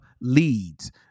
leads